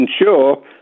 ensure